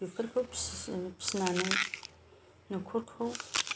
बेफोरखौ फिसिनानै न'खरखौ